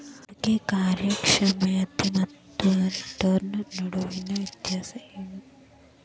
ಹೂಡ್ಕಿ ಕಾರ್ಯಕ್ಷಮತೆ ಮತ್ತ ರಿಟರ್ನ್ ನಡುವಿನ್ ವ್ಯತ್ಯಾಸ ಏನು?